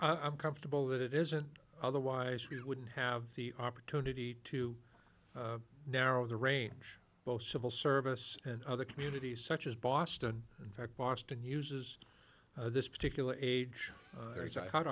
i'm comfortable that it isn't otherwise we wouldn't have the opportunity to narrow the range both civil service and other communities such as boston in fact boston uses this particular age